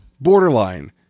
borderline